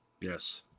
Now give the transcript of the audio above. Yes